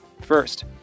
First